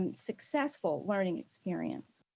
and successful learning experience.